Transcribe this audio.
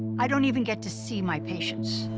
i don't even get to see my patients.